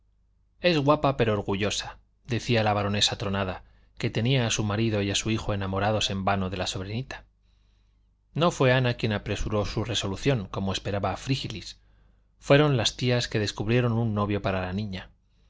es guapa pero orgullosa decía la baronesa tronada que tenía a su marido y a su hijo enamorados en vano de la sobrinita no fue ana quien apresuró su resolución como esperaba frígilis fueron las tías que descubrieron un novio para la niña